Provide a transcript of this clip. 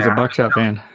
ah boxer fan